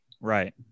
Right